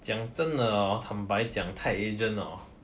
讲真的坦白讲 tied agent hor